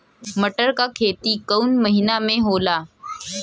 मटर क खेती कवन महिना मे होला?